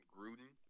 Gruden